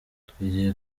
twizeye